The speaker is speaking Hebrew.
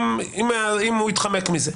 אם הוא יתחמק מזה.